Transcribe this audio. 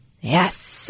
Yes